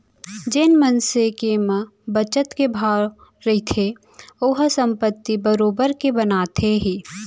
जेन मनसे के म बचत के भाव रहिथे ओहा संपत्ति बरोबर के बनाथे ही